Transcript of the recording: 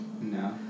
No